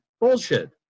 bullshit